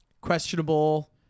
questionable